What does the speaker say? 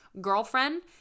girlfriend